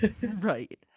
right